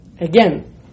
Again